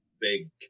big